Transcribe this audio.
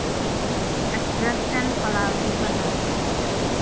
ᱮᱴᱨᱟᱠᱥᱮᱱ ᱯᱟᱲᱟᱣ ᱟᱠᱚ ᱠᱟᱱᱟ